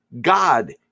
God